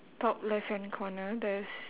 top left hand corner there's